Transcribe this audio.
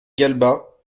galbas